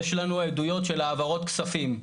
יש לנו עדויות של העברות כספים,